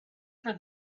for